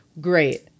Great